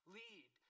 lead